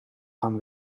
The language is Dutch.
gaan